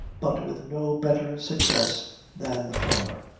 but with no better success than the former.